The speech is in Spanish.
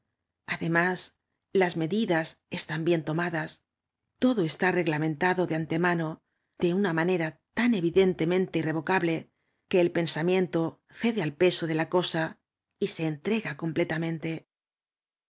además las medidas están bien tomadas todo está reglamentado de antemano de una manera tan evídeo temente irrevocable que el pensamiento cede al peso de la cosa y so entrega